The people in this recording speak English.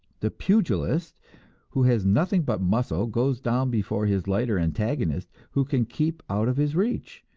the pugilist who has nothing but muscle goes down before his lighter antagonist who can keep out of his reach,